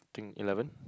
think eleven